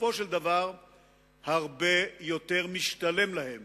בסופו של דבר הרבה יותר משתלם להם